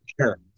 Sure